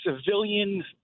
civilian